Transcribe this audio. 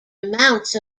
amounts